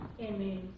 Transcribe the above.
Amen